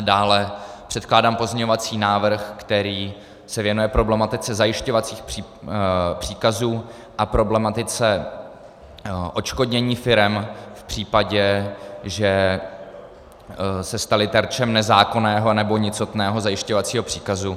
Dále předkládám pozměňovací návrh, který se věnuje problematice zajišťovacích příkazů a problematice odškodnění firem v případě, že se staly terčem nezákonného nebo nicotného zajišťovacího příkazu.